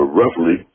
roughly